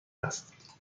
است